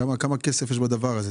כמה כסף יש בדבר הזה?